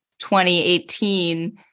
2018